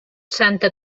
santa